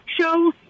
show